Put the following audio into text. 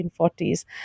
1940s